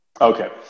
Okay